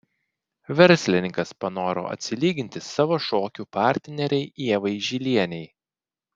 verslininkas panoro atsilyginti savo šokių partnerei ievai žilienei